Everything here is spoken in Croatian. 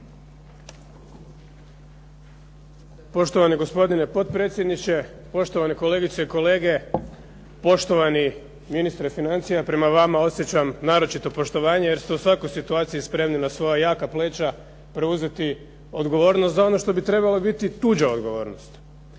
Poštovani gospodine potpredsjedniče, poštovani kolegice i kolege, poštovani ministre financija, prema vama osjećam naročito poštovanje, jer ste u svakoj situaciji spremni na svoja jaka pleća preuzeti odgovornost za ono što bi trebalo biti tuđa odgovornost.